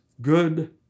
good